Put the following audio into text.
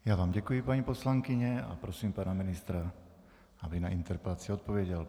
Já vám děkuji, paní poslankyně, a prosím pana ministra, aby na interpelaci odpověděl.